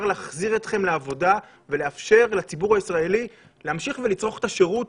להחזיר אתכם לעבודה ולאפשר לציבור הישראלי להמשיך ולצרוך את השירות